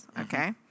okay